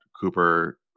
Cooper